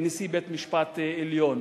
נשיא בית-משפט עליון,